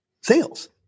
sales